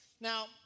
Now